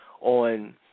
on